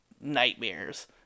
nightmares